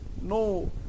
no